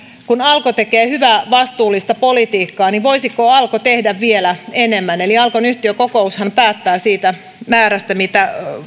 kun alko tekee hyvää vastuullista politiikkaa voisiko alko tehdä vielä enemmän eli kun alkon yhtiökokoushan päättää siitä määrästä mitä